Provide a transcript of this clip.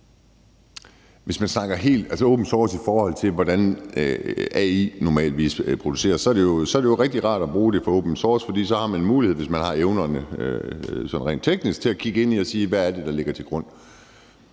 Hvis man snakker open source, i forhold til hvordan AI normalvis produceres, er det jo rigtig rart at bruge det fra open source, for så har man en mulighed, hvis man har evnerne sådan rent teknisk, for at kigge ind i det og se, hvad det er, der ligger til grund.